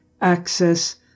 Access